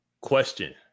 question